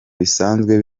bisanzwe